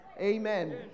Amen